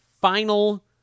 final